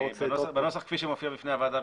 בנוסח כפי שמופיע בפני הוועדה,